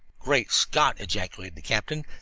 great scott! ejaculated the captain.